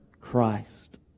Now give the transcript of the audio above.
Christ